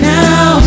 now